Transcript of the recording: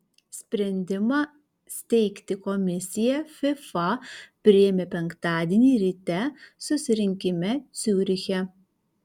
sprendimą steigti komisiją fifa priėmė penktadienį ryte susirinkime ciuriche